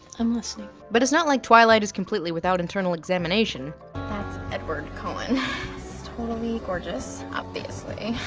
i'm listening but it's not like twilight is completely without internal examination. that's edward cullen, he's totally gorgeous. obviously,